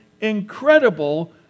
incredible